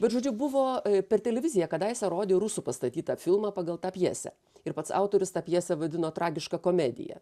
bet žodžiu buvo per televiziją kadaise rodė rusų pastatytą filmą pagal tą pjesę ir pats autorius tą pjesę vadino tragiška komedija